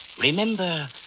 Remember